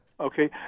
Okay